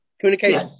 Communication